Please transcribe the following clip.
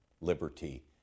liberty